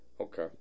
Okay